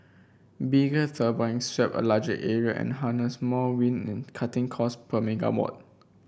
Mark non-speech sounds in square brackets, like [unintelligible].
bigger [unintelligible] sweep a larger area and harness more wind cutting cost per megawatt